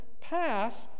pass